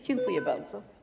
Dziękuję bardzo.